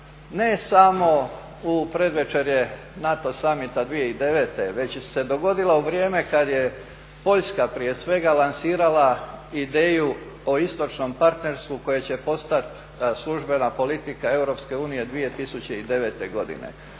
ne samo u predvečerje NATO summita 2009. već se dogodila u vrijeme kada je Poljska prije svega lansirala ideju o istočnom partnerstvu koje će postati službena politika Europske unije